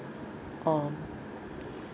um